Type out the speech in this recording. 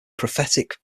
prophetic